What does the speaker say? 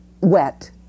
wet